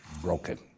broken